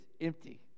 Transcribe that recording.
empty